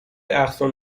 اقصا